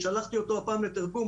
שלחתי אותו לתרגום,